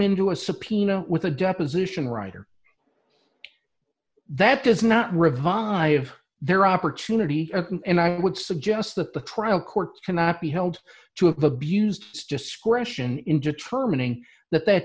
into a subpoena with a deposition writer that does not revive their opportunity and i would suggest that the trial court cannot be held to abused its discretion in determining that that